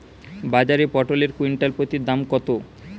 বাজারে পটল এর কুইন্টাল প্রতি দাম কত?